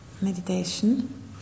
meditation